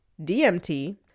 DMT